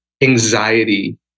anxiety